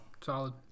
Solid